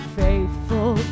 faithful